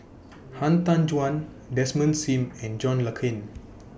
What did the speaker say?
Han Tan Juan Desmond SIM and John Le Cain